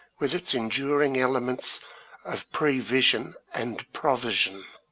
with its enduring elements of prevision and provision.